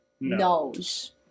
knows